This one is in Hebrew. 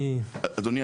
אדוני,